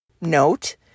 Note